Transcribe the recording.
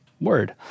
word